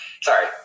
Sorry